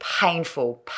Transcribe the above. painful